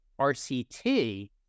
RCT